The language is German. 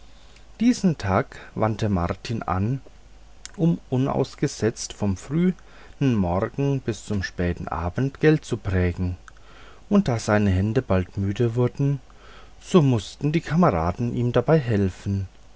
diesen tag wandte martin an um unausgesetzt vom frühen morgen bis zum späten abend geld zu prägen und da seine hände bald müde wurden so mußten die kameraden ihm dabei helfen